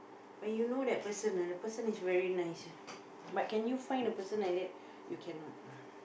when you know that person ah that person is very nice but can you find a person like that you cannot